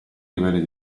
livelli